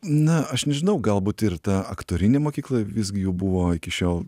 na aš nežinau galbūt ir ta aktorinė mokykla visgi jų buvo iki šiol